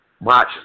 watch